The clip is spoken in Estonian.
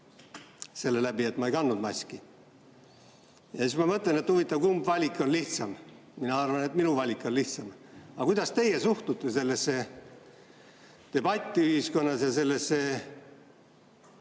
sellega, et ma ei kandnud maski. Siis ma mõtlen, et huvitav, kumb valik on lihtsam. Mina arvan, et minu valik on lihtsam. Aga kuidas teie suhtute sellesse debatti ühiskonnas ja